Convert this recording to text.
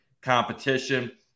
competition